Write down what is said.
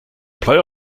play